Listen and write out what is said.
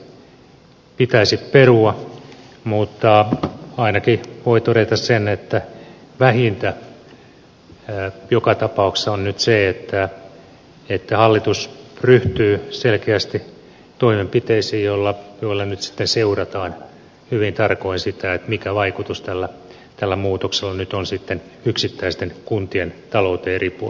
lakimuutos pitäisi perua mutta ainakin voi todeta sen että vähintä joka tapauksessa on nyt se että hallitus ryhtyy selkeästi toimenpiteisiin joilla nyt seurataan hyvin tarkoin sitä mikä vaikutus tällä muutoksella on sitten yksittäisten kuntien talouteen riippuu